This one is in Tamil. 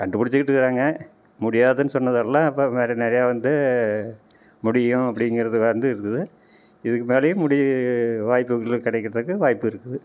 கண்டுபிடிச்சிட்ருக்காங்க முடியாதுன்னு சொன்னதெல்லாம் இப்போ நிறையா வந்து முடியும் அப்டிங்கிறது வந்திருக்குது இதுக்கு மேலேயும் முடிய வாய்ப்புகள் கிடைக்கிறதுக்கு வாய்ப்பு இருக்குது